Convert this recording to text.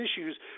issues